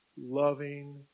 loving